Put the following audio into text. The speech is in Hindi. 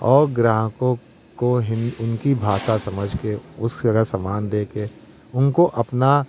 और ग्राहकों को उनकी भाषा समझ के उस तरह सामान देके उनको अपना